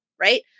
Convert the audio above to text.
right